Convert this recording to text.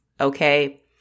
okay